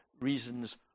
reasons